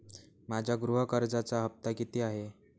माझ्या गृह कर्जाचा हफ्ता किती आहे?